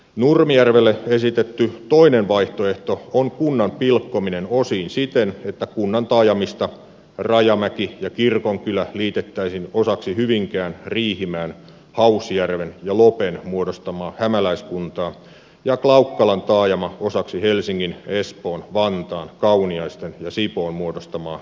nurmijärvelle esitetty toinen vaihtoehto on kunnan pilkkominen osiin siten että kunnan taajamista rajamäki ja kirkonkylä liitettäisiin osaksi hyvinkään riihimäen hausjärven ja lopen muodostamaa hämäläiskuntaa ja klaukkalan taajama osaksi helsingin espoon vantaan kauniaisten ja sipoon muodostamaa jättikuntaa